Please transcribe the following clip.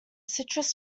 citrus